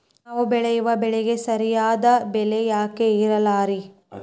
ನಾವು ಬೆಳೆಯುವ ಬೆಳೆಗೆ ಸರಿಯಾದ ಬೆಲೆ ಯಾಕೆ ಇರಲ್ಲಾರಿ?